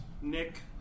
Nick